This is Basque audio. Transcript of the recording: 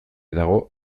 dago